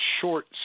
short